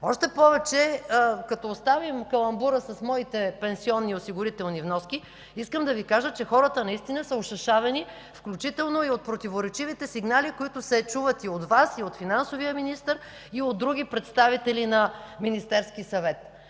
Още повече, като оставим каламбура с моите пенсионни и осигурителни вноски, искам да Ви кажа, че хората наистина са ошашавени, включително и от противоречивите сигнали, които се чуват и от Вас, и от финансовия министър, и от други представители на Министерския съвет: